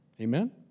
Amen